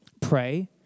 Pray